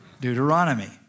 Deuteronomy